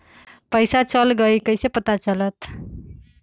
पैसा चल गयी कैसे पता चलत?